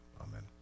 Amen